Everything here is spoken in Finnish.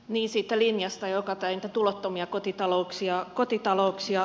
niin siitä linjasta joka niitä tulottomia kotitalouksia tuottaa